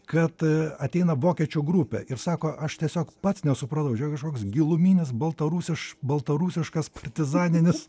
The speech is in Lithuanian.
kad ateina vokiečių grupė ir sako aš tiesiog pats nesupratau čia kažkoks giluminis baltarusiš baltarusiškas partizaninis